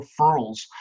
referrals